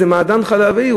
זה מעדן חלבי,